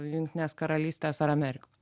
jungtinės karalystės ar amerikos